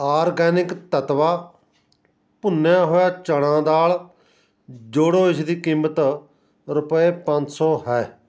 organic ਤੱਤਵਾ ਭੁੰਨਿਆ ਹੋਇਆ ਚਨਾ ਦਾਲ ਜੋੜੋ ਜਿਸ ਦੀ ਕੀਮਤ ਰੁਪਏ ਪੰਜ ਸੌ ਹੈ